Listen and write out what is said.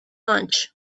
lunch